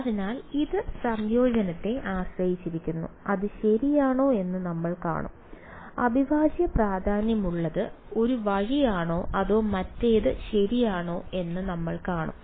അതിനാൽ ഇത് സംയോജനത്തെ ആശ്രയിച്ചിരിക്കുന്നു അത് ശരിയാണോ എന്ന് നമ്മൾ കാണും അവിഭാജ്യ പ്രാധാന്യമുള്ളത് ഒരു വഴിയാണോ അതോ മറ്റേത് ശരിയാണോ എന്ന് നമ്മൾ കാണും